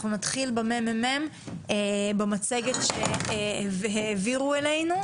אנחנו נתחיל בממ"מ, במצגת שהעבירו אלינו.